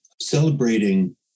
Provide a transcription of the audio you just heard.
celebrating